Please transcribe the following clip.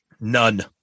None